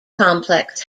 complex